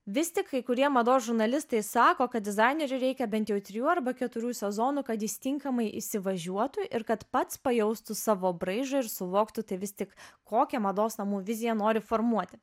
vis tik kai kurie mados žurnalistai sako kad dizaineriui reikia bent jau trijų arba keturių sezonų kad jis tinkamai įsivažiuotų ir kad pats pajaustų savo braižą ir suvoktų tai vis tik kokią mados namų viziją nori formuoti